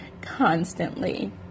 constantly